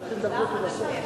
יש גם נקודות.